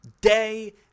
day